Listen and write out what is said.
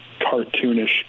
cartoonish